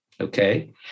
okay